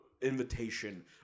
Invitation